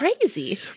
crazy